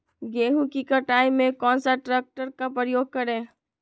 गेंहू की कटाई में कौन सा ट्रैक्टर का प्रयोग करें?